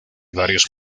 varios